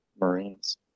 Marines